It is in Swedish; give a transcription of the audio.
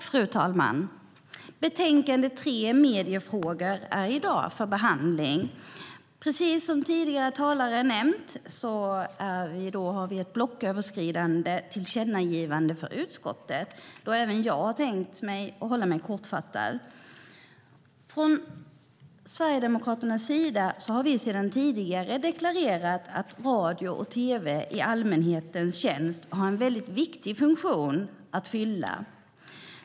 Fru talman! Betänkande KrU3, Mediefrågor , är i dag för behandling. Precis som tidigare talare nämnt har vi ett blocköverskridande tillkännagivande från utskottet, så även jag har tänkt hålla mig kort. Från Sverigedemokraternas sida har vi sedan tidigare deklarerat att radio och tv i allmänhetens tjänst har en väldigt viktig funktion att fylla.